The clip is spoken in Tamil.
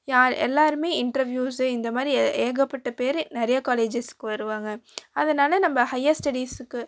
யார் எல்லோருமே இண்டர்வியூஸு இந்த எ ஏகப்பட்ட பேர் நிறையா காலேஜஸ்க்கு வருவாங்க அதனால நம்ம ஹையர் ஸ்டடீஸுக்கு